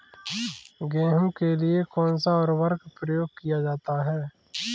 गेहूँ के लिए कौनसा उर्वरक प्रयोग किया जाता है?